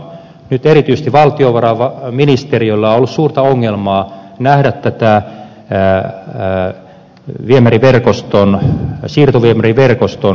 nyt erityisesti valtiovarainministeriöllä on ollut suurta ongelmaa nähdä siirtoviemäriverkoston rahoitusta